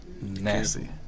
nasty